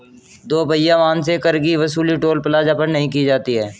दो पहिया वाहन से कर की वसूली टोल प्लाजा पर नही की जाती है